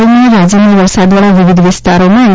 હાલમાં રાજ્યમાં વરસાદવાળા વિવિધ વિસ્તારોમાં એન